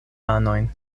manojn